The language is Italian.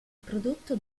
prodotto